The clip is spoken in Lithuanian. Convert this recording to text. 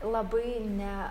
labai ne